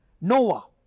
Noah